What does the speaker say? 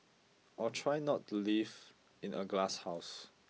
or try not to live in a glasshouse